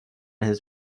his